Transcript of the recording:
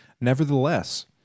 Nevertheless